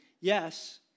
Yes